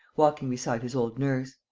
walking beside his old nurse.